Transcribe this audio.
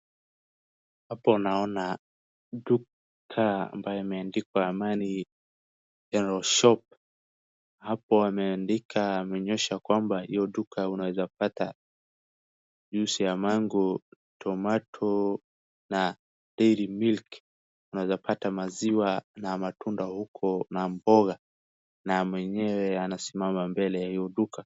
Hapo naona duka ambayo imeandikwa Amani General Shop. Hapo wameandika wameonyesha kwamba hiyo duka unawezapata juice ya mango, tomato , na dairy milk . Unaweza pata maziwa huko na matunda na mboga, na mwenyewe amesimama mbele ya hiyo duka.